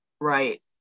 Right